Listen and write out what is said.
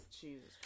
Jesus